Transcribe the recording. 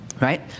Right